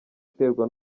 iterwa